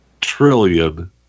trillion